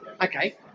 okay